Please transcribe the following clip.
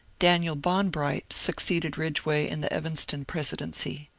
daniel bonbright succeeded ridgeway in the evanston presidency.